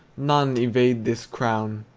none evade this crown.